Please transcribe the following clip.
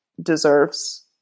deserves